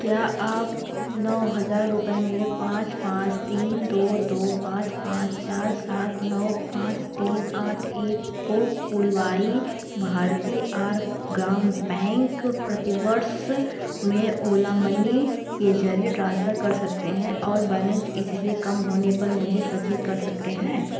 क्या आप नौ हज़ार रुपये मेरे पाँच पाँच तीन दो दो पाँच पाँच चार सात नौ पाँच तीन आठ एक को पुडुवाई भारती आर ग्राम बैंक प्रतिवर्ष में ओला मनी के ज़रिए ट्रांसफर कर सकते हैं और बैलेंस इससे कम होने पर मुझे सचेत कर सकते हैं